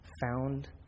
found